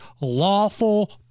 lawful